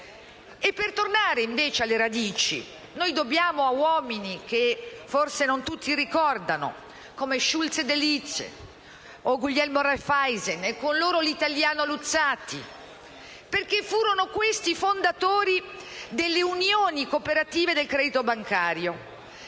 Per tornare invece alle radici, dobbiamo molto a uomini che forse non tutti ricordano, come Schulze-Delitzsch o Guglielmo Raiffeisen e con loro l'italiano Luzzatti, che furono i fondatori delle unioni cooperative del credito bancario,